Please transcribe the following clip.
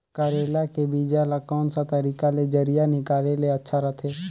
करेला के बीजा ला कोन सा तरीका ले जरिया निकाले ले अच्छा रथे?